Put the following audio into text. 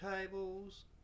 tables